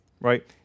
right